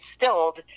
instilled